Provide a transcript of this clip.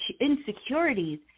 insecurities